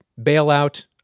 bailout